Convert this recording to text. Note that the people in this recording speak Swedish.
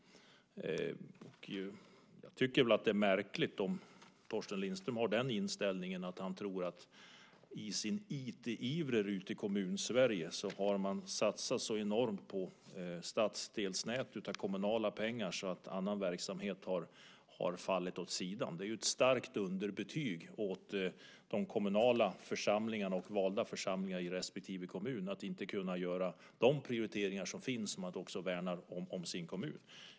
Jag tycker att det är märkligt om Torsten Lindström har den inställningen att han tror att man i sin IT-iver ute i Kommun-Sverige har satsat så enormt på stadsdelsnät av kommunala pengar att annan verksamhet har fallit åt sidan. Det är ju ett starkt underbetyg åt de kommunala församlingarna och valda församlingar i respektive kommun att inte kunna göra de prioriteringar som finns och också värna om sin kommun.